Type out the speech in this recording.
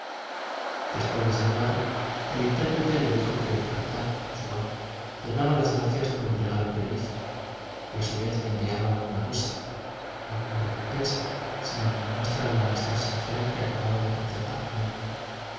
después de saludarle el intérprete le dijo que el capitán su amo le daba las gracias por el regalo que le hizo y a su vez le enviaba algunas cosas no como recompensa sino como muestra de la amistad sincera que acababa de concertar con él